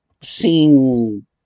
seem